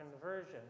conversion